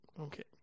Okay